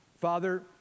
Father